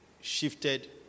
shifted